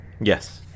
yes